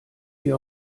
wir